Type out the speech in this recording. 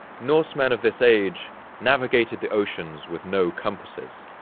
norsemen of this age navigated the oceans with no compasses,